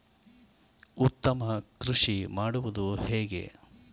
ಉತ್ತಮ ಕೃಷಿ ಮಾಡುವುದು ಹೇಗೆ?